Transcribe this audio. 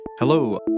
Hello